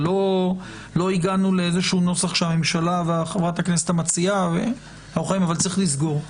אבל לא הגענו לאיזשהו נוסח שהממשלה וחברת הכנסת מציעה יסכימו עליו.